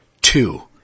Two